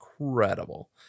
incredible